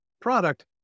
product